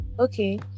okay